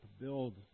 build